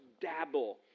dabble